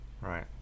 right